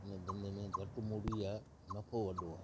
इन धंधे में घटि मूड़ी आहे नफ़ो वॾो आहे